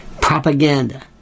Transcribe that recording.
propaganda